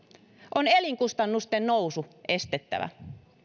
on elinkustannusten nousu estettävä